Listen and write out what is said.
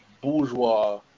bourgeois